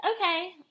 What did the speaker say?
okay